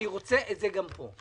אני רוצה את זה גם פה.